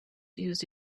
used